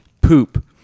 poop